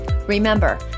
Remember